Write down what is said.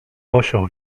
osioł